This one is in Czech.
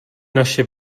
naše